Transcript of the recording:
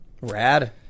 Rad